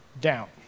down